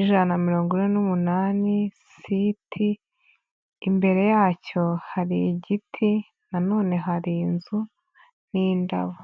ijana na mirongo ine n'umunani st, imbere yacyo hari igiti nanone hari inzu n'indabo.